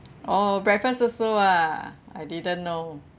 oh breakfast also ah I didn't know